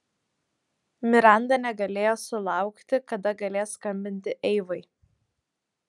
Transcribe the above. miranda negalėjo sulaukti kada galės skambinti eivai